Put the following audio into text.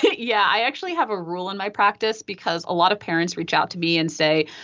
yeah. i actually have a rule in my practice because a lot of parents reach out to me and say,